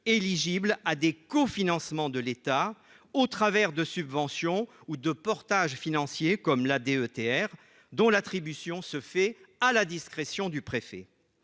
éligibles à des cofinancements de l'État, au travers de subventions ou de portages financiers ; pensons à la DETR, dont l'attribution se fait à la discrétion du préfet.